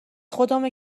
خدامه